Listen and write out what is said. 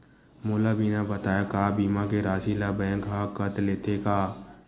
मोला बिना बताय का बीमा के राशि ला बैंक हा कत लेते का?